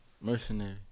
mercenary